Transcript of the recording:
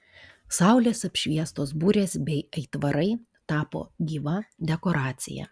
saulės apšviestos burės bei aitvarai tapo gyva dekoracija